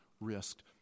risked